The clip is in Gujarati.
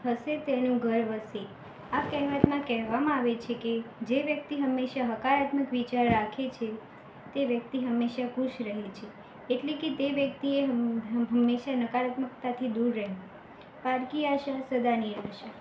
હસે તેનું ઘર વસે આ કહેવતમાં કહેવામાં આવે છે કે જે વ્યક્તિ હંમેશાં હકારાત્મક વિચાર રાખે છે તે વ્યક્તિ હંમેશાં ખુશ રહે છે એટલે કે તે વ્યક્તિએ હં હંમેશાં નકારાત્મકતાથી દૂર રહેવું પારકી આશા સદા નિરાશા